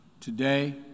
Today